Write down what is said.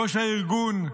ראש הארגון,